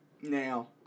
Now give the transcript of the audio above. Now